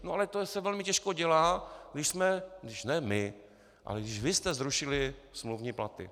No ale to se velmi těžko dělá, když ne my, ale když vy jste zrušili smluvní platy.